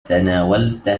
تناولت